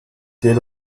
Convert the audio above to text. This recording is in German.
geht